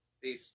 Peace